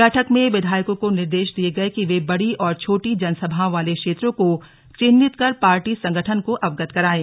बैठक में विधायकों को निर्देश दिये गये कि वे बड़ी और छोटी जनसभाओं वाले क्षेत्रों को चिन्हित कर पार्टी संगठन को अवगत कराएं